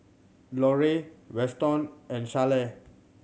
Lorie Weston and Sharleen